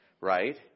right